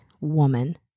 woman